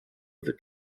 wird